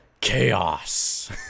chaos